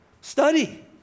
Study